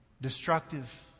destructive